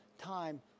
time